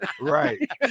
Right